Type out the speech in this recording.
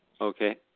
Okay